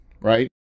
right